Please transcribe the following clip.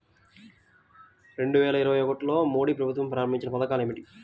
రెండు వేల ఇరవై ఒకటిలో మోడీ ప్రభుత్వం ప్రారంభించిన పథకాలు ఏమిటీ?